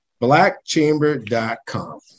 blackchamber.com